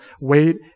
wait